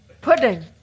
pudding